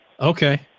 okay